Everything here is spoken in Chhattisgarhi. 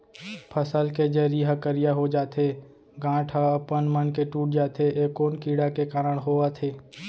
फसल के जरी ह करिया हो जाथे, गांठ ह अपनमन के टूट जाथे ए कोन कीड़ा के कारण होवत हे?